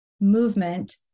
movement